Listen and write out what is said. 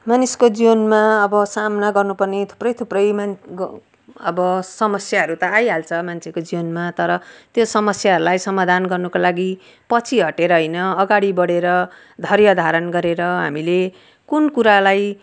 मानिसको जीवनमा अब सामना गर्नु पर्ने थुप्रै थुप्रै मान ग अब समस्याहरू त आइहाल्छ मान्छेको जीवनमा तर त्यो समस्याहरूलाई समाधान गर्नुको लागि पछि हटेर होइन अगाडि बढेर धैर्य धारण गरेर हामीले कुन कुरालाई